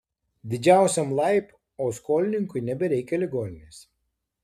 didžiausiam laib o skolininkui nebereikia ligoninės